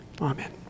Amen